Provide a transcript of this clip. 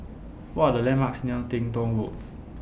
What Are The landmarks near Teng Tong Road